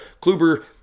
Kluber